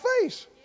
face